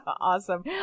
Awesome